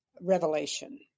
revelation